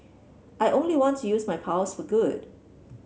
I only want to use my powers for good